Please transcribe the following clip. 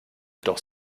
doch